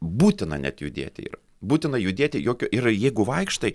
būtina net judėti yra būtina judėti jokio yra jeigu vaikštai